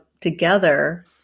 together